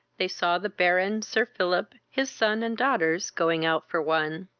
they saw the baron, sir philip, his son, and daughters, going out for one.